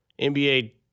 NBA